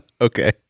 Okay